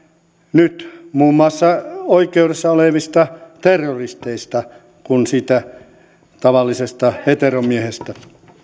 nyt muun muassa oikeudessa olevista terroristeista kuin siitä tavallisesta heteromiehestä